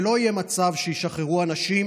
ולא יהיה מצב שישחררו אנשים.